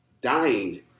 dying